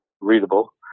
readable